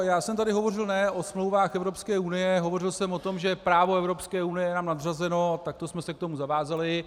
Já jsem tady hovořil ne o smlouvách Evropské unie, hovořil jsem o tom, že právo Evropské unie je nám nadřazeno a takto jsme se k tomu zavázali.